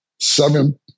seven